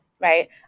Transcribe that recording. right